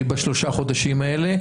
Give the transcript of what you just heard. בשלושה חודשים האלה,